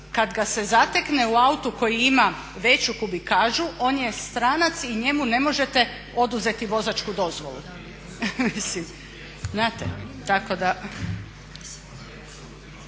kada ga se zatekne u autu koji ima veću kubikažu on je stranac i njemu ne možete oduzeti vozačku dozvolu.